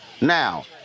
now